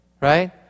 Right